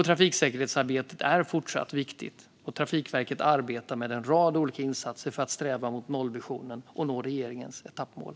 Trafiksäkerhetsarbetet är fortsatt viktigt, och Trafikverket arbetar med en rad olika insatser för att sträva mot nollvisionen och nå regeringens etappmål.